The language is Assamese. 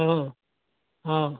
অ অ